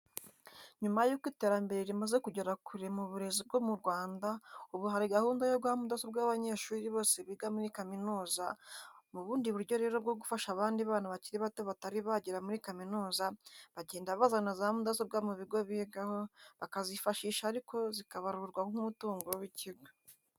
Nyuma y'uko iterambere rimaze kugera kure mu burezi bwo mu Rwanda, ubu hari gahunda yo guha mudasobwa abanyeshuri bose biga muri kaminuza, mu bundi buryo rero bwo gufasha abandi bana bakiri bato batari bagera muri kaminuza, bagenda bazana za mudasobwa mu bigo bigaho, bakazifashisha ariko zikabarurwa nk'umutungo w'ikigo.